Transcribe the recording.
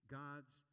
god's